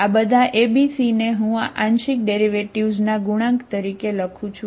આ બધા A B C ને હું આ આંશિક ડેરિવેટિવ્ઝ ના ગુણાંક તરીકે લખું છું